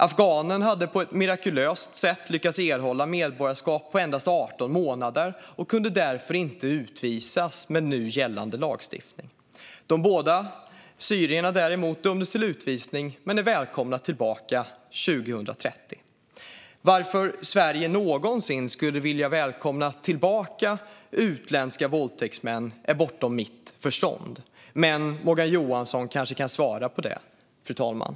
Afghanen hade på ett mirakulöst sätt lyckats erhålla medborgarskap på endast 18 månader och kunde därför inte utvisas med nu gällande lagstiftning. De båda syrierna dömdes däremot till utvisning men är välkomna tillbaka 2030. Varför Sverige någonsin skulle vilja välkomna tillbaka utländska våldtäktsmän är bortom mitt förstånd, men Morgan Johansson kanske kan svara på det, fru talman.